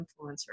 influencer